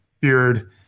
beard